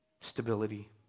stability